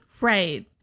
Right